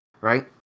right